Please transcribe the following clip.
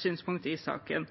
synspunkt i saken.